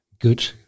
good